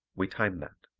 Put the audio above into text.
we time that.